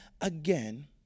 again